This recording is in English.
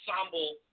ensemble